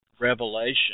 Revelation